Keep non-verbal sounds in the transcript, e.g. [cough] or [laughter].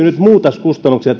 [unintelligible] nyt muitakin kustannuksia [unintelligible]